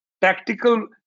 tactical